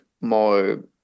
more